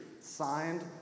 Signed